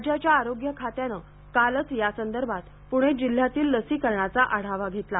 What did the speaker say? राज्याच्या आरोग्य खात्याने कालच या संदर्भात पुणे जिल्ह्यातील लसीकरणाचा आढावा घेतला